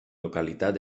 localitat